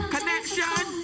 Connection